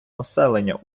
населення